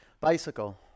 Bicycle